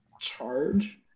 charge